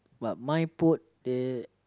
but mine put the